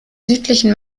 südlichen